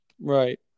Right